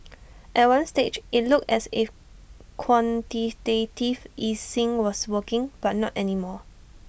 at one stage IT looked as if quantitative easing was working but not any more